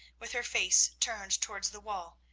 with her face turned towards the wall,